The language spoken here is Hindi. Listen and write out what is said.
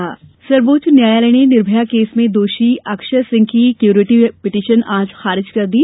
निर्मया दोषी सर्वोच्च न्यायालय ने निर्भया केस में दोषी अक्षय सिंह की क्यूरेटिव पीटीशन आज खारिज कर दी है